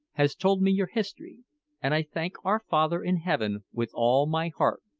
has told me your history and i thank our father in heaven with all my heart,